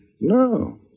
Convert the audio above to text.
No